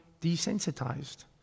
desensitized